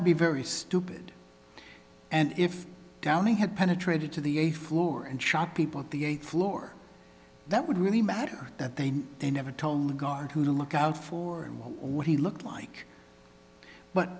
would be very stupid and if downey had penetrated to the a floor and shot people at the eighth floor that would really matter that they they never told the guard who to look out for and what he looked like but